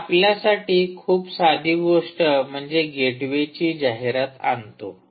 तर आपल्यासाठी खूप साधी गोष्ट म्हणजे गेटवेची जाहिरात आणतो